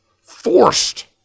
forced